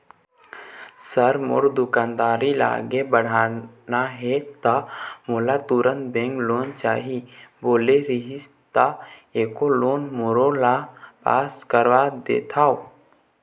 Sir मोर दुकानदारी ला आगे बढ़ाना हे ता मोला तुंहर बैंक लोन चाही बोले रीहिस ता एको लोन मोरोला पास कर देतव?